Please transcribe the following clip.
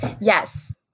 yes